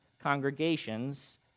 congregations